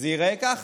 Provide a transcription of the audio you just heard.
זה ייראה ככה.